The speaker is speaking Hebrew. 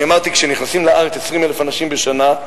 אמרתי: כשנכנסים לארץ 20,000 אנשים בשנה,